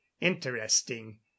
interesting